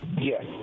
Yes